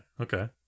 Okay